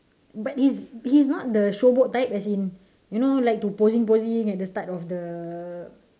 but his his not the showboat type as in you know like to posing posing at the start of the